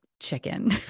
chicken